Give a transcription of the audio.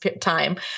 time